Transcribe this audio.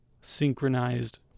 synchronized